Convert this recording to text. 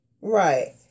Right